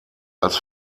als